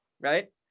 right